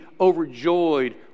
overjoyed